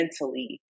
mentally